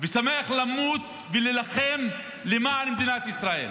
ושמח למות ולהילחם למען מדינת ישראל,